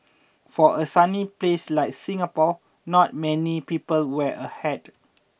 for a sunny place like Singapore not many people wear a hat